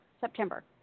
September